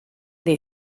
the